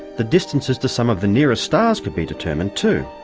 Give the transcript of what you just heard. the distances to some of the nearest stars could be determined too.